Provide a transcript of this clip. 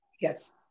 yes